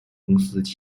公司